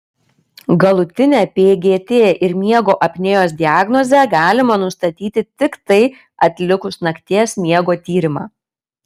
galutinę pgt ir miego apnėjos diagnozę galima nustatyti tiktai atlikus nakties miego tyrimą